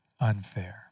unfair